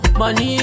money